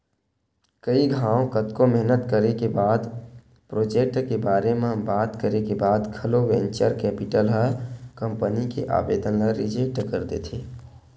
कई घांव कतको मेहनत करे के बाद प्रोजेक्ट के बारे म बात करे के बाद घलो वेंचर कैपिटल ह कंपनी के आबेदन ल रिजेक्ट कर देथे